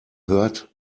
hört